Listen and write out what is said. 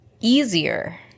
easier